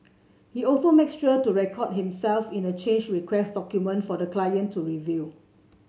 he also makes sure to record himself in a change request document for the client to review